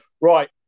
Right